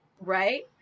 right